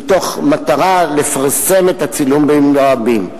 במטרה לפרסם את הצילומים ברבים.